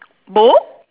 bowl